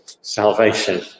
salvation